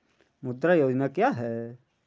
मुद्रा योजना क्या है?